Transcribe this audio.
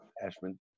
Ashman